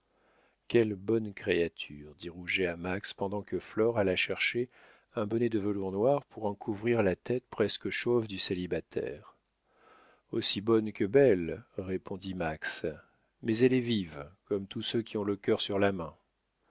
quelle bonne créature dit rouget à max pendant que flore alla chercher un bonnet de velours noir pour en couvrir la tête presque chauve du célibataire aussi bonne que belle répondit max mais elle est vive comme tous ceux qui ont le cœur sur la main